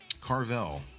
Carvel